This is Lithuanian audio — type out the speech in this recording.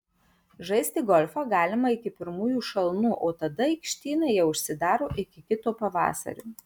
žaisti golfą galima iki pirmųjų šalnų o tada aikštynai jau užsidaro iki kito pavasario